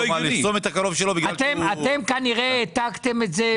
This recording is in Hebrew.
אתם כנראה העתקתם את זה.